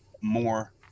more